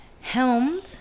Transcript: Helmed